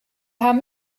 haben